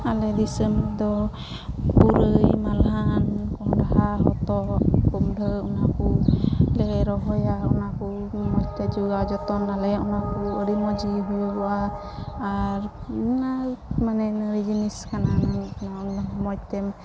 ᱟᱞᱮ ᱫᱤᱥᱚᱢᱫᱚ ᱯᱩᱨᱟᱹᱭ ᱢᱟᱞᱦᱟᱱ ᱠᱚᱸᱰᱦᱟ ᱦᱚᱛᱚᱫ ᱠᱩᱢᱰᱷᱟᱹ ᱚᱱᱟᱠᱚᱞᱮ ᱨᱚᱦᱚᱭᱟ ᱚᱱᱟᱠᱚ ᱢᱚᱡᱽᱛᱮ ᱡᱚᱜᱟᱣ ᱡᱚᱛᱚᱱᱟᱞᱮ ᱚᱱᱟᱠᱚ ᱟᱹᱰᱤ ᱢᱚᱡᱽᱜᱮ ᱦᱩᱭᱩᱜᱚᱼᱟ ᱟᱨ ᱱᱟᱞ ᱢᱟᱱᱮ ᱱᱟᱹᱲᱤ ᱡᱤᱱᱤᱥ ᱠᱟᱱᱟ ᱱᱟᱞᱫᱚ ᱢᱚᱡᱽᱛᱮ